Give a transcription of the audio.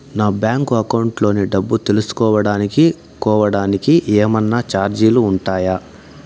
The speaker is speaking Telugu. నా బ్యాంకు అకౌంట్ లోని డబ్బు తెలుసుకోవడానికి కోవడానికి ఏమన్నా చార్జీలు ఉంటాయా?